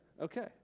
Okay